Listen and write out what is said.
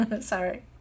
sorry